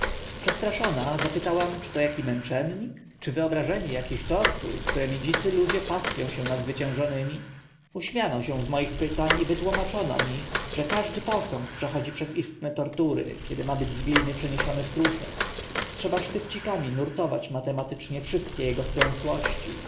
przestraszona zapytałam czy to aki męczennik czy wyobrażenie akich tortur którymi dzicy ludzie pastwią się nad zwyciężonymi uśmiano się z moich pytań i wytłumaczono mi że każdy posąg przechodzi przez istne tortury kiedy ma być z gliny przeniesiony w kruszec trzeba sztyfcikami nurtować matematycznie wszystkie ego wklęsłości